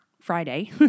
Friday